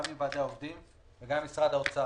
גם עם ועד העובדים וגם עם משרד האוצר.